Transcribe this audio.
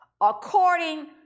according